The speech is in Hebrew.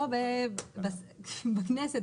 בכנסת,